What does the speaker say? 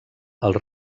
els